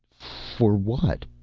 for what?